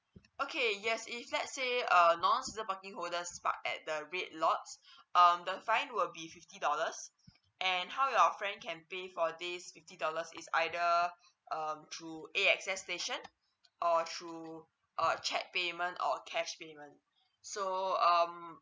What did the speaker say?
okay yes if let's say um non season parking holder park at the red lots um the fine will be fifty dollars and how your friend can pay for this fifty dollars is either uh through A_X_S station or through a cheque payment or cash payment so um